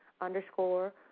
underscore